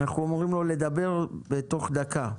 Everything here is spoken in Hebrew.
אנחנו אומרים לו לדבר בתוך דקה.